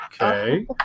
Okay